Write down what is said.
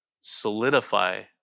solidify